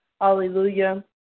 Hallelujah